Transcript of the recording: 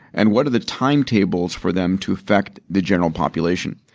and what are the time tables for them to effect the general population?